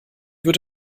wird